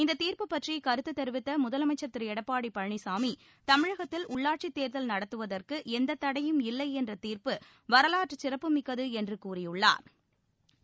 இந்த தீர்ப்பு பற்றி கருத்து தெரிவித்த முதலமைச்சர் திரு எடப்பாடி பழனிசாமி தமிழகத்தில் உள்ளாட்சித்தேர்தல் நடத்துவதற்கு எந்த தடையும் இல்லை என்ற தீர்ப்பு வரலாற்று சிறப்புமிக்கது என்று கூறியுள்ளா்